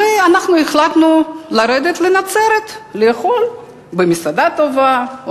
ואנחנו החלטנו לרדת לנצרת לאכול במסעדה טובה,